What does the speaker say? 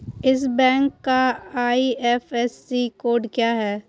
इस बैंक का IFSC code क्या है?